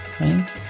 right